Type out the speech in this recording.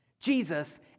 Jesus